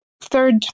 third